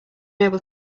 able